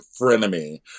frenemy